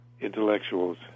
Intellectuals